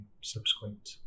subsequent